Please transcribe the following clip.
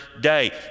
day